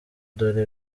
dore